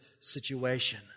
situation